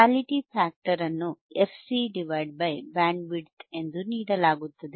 quality factor ಅನ್ನು fCಬ್ಯಾಂಡ್ವಿಡ್ತ್ ಎಂದು ನೀಡಲಾಗುತ್ತದೆ